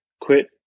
quit